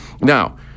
Now